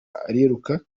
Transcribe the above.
ariruka